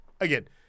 again –